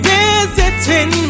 visiting